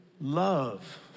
love